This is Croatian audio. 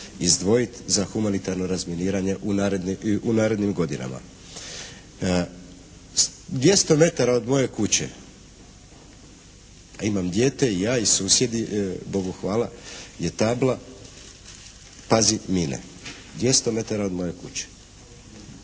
izdvojiti za humanitarno razminiranje u narednim godinama. Dvjesto metara od moje kuće, a imam dijete i ja i susjedi, Bogu hvala, je tabla “pazi mine“. Dvjesto metara od moje kuće